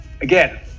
again